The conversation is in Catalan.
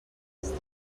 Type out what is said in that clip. els